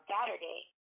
Saturday